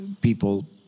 people